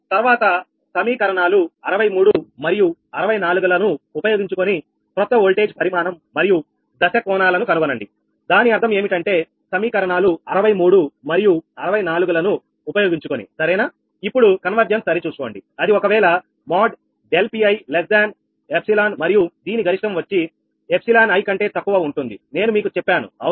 తర్వాత సమీకరణాలు 63 మరియు 64 లను ఉపయోగించుకుని క్రొత్త వోల్టేజ్ పరిమాణం మరియు దశ కోణాలను కనుగొనండి దాని అర్థం ఏమిటంటే సమీకరణాలు 63 మరియు 64 లను ఉపయోగించుకుని ఇప్పుడు కన్వర్జెన్స్ సరి చూసుకోండి అది ఒకవేళ మోడ్ ∆PI∈ మరియు దీని గరిష్టం వచ్చి Iకంటే తక్కువ ఉంటుంది నేను మీకు చెప్పాను అవునా